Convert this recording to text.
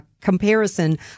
comparison